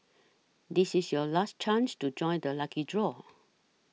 this is your last chance to join the lucky draw